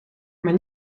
maar